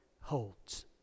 holds